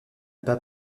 pas